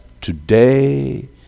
today